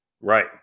Right